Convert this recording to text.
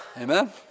Amen